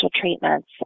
treatments